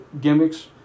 gimmicks